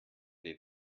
den